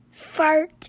fart